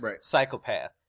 psychopath